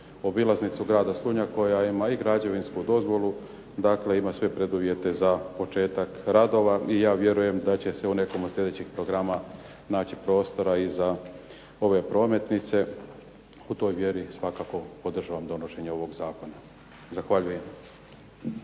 obilaznicu grada Slunja koja ima i građevinsku dozvolu, dakle ima sve preduvjete za početak radova i ja vjerujem da će se u nekom od sljedećih programa naći prostora i za ove prometnice. U toj vjeri svakako podržavam donošenje ovog zakona. Zahvaljujem.